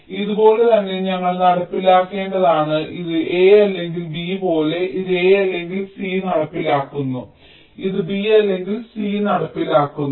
അതിനാൽ ഇത് പോലെ തന്നെ ഞങ്ങൾ നടപ്പിലാക്കേണ്ടതാണ് ഇത് a അല്ലെങ്കിൽ b പോലെ ഇത് a അല്ലെങ്കിൽ c നടപ്പിലാക്കുന്നു ഇത് b അല്ലെങ്കിൽ c നടപ്പിലാക്കുന്നു